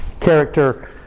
character